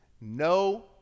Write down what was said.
no